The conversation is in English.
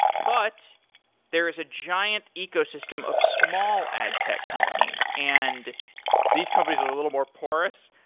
but there is a giant ecosystem of small ad tech companies and these companies are a little more porous.